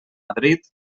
madrid